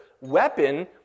weapon